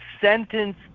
sentence